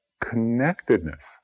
connectedness